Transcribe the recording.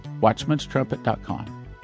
Watchmanstrumpet.com